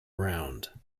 round